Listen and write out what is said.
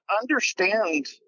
understand